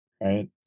Right